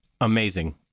Amazing